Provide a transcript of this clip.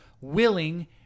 willing